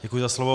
Děkuji za slovo.